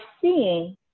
seeing